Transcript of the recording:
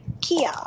Kia